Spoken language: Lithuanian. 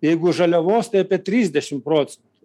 jeigu žaliavos tai apie trisdešim procentų